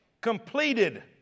Completed